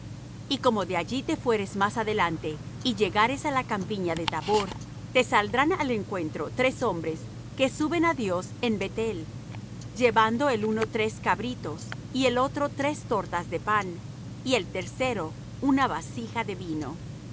y como de allí te fueres más adelante y llegares á la campiña de tabor te saldrán al encuentro tres hombres que suben á dios en beth-el llevando el uno tres cabritos y el otro tres tortas de pan y el tercero una vasija de vino